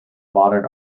modern